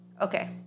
Okay